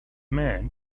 men